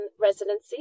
residency